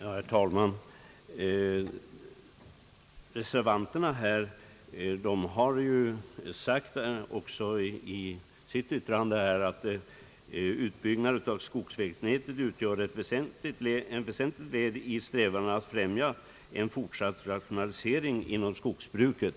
Herr talman! Reservanterna har i sitt yttrande sagt att utbyggnaden av skogsvägnätet utgör ett väsentligt led i strävandena att främja en fortsatt rationalisering inom skogsbruket.